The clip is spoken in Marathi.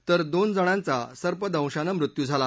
तर दोन जणांचा सर्पदंशानं मृत्यू झाला